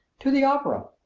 to the opera.